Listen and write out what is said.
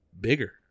bigger